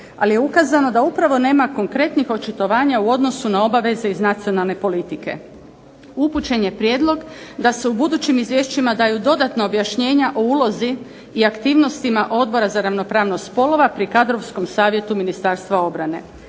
ali je ukazano da upravo nema konkretnih očitovanja u odnosu na obaveze iz nacionalne politike. Upućen je prijedlog da se u budućim izvješćima daju dodatna objašnjenja o ulozi i aktivnostima Odbora za ravnopravnost spolova pri Kadrovskom savjetu Ministarstva obrane.